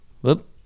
Whoop